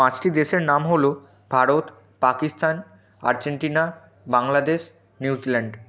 পাঁচটি দেশের নাম হলো ভারত পাকিস্তান আর্জেন্টিনা বাংলাদেশ নিউজিল্যান্ড